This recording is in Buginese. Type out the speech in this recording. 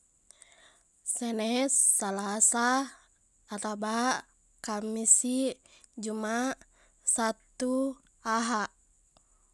Senen salasa arabaq kammisiq jumaq sattu ahaq